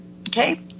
Okay